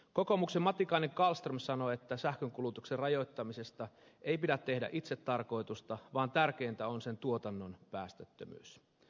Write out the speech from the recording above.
kokoomuksen matikainen kallström sanoo että sähkönkulutuksen rajoittamisesta ei pidä tehdä itsetarkoitusta vaan tärkeintä on sen tuotannon päästöttömyys